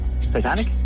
Titanic